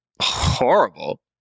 horrible